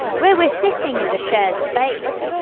where we're sitting is a shared space.